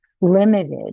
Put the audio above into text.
limited